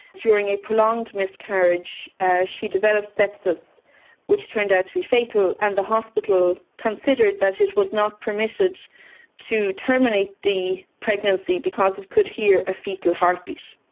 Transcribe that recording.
during a prolonged miscarriage she developed sepsis which turned out to be fatal, and the hospital considered that it was not permitted to terminate the pregnancy because it could hear a foetal heartbeat.